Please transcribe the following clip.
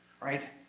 right